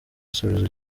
asubiza